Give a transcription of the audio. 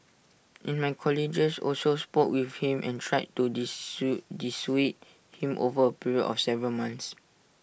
in my colleagues also spoke with him and tried to dissuade him over A period of several months